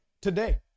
today